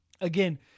again